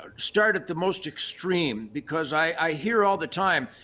start the most extreme because i hear all the time,